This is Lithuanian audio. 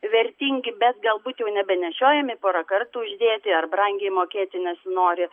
vertingi bet galbūt jau nebenešiojami porą kartų uždėti ar brangiai mokėti nesinori